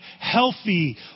healthy